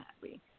happy